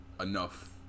enough